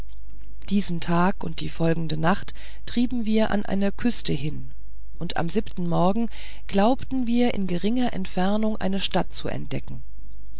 diesen tag und die folgende nacht trieben wir an einer küste hin und am siebenten morgen glaubten wir in geringer entfernung eine stadt zu entdecken